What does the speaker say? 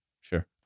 Sure